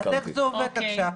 אז איך זה עובד עכשיו?